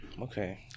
Okay